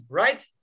right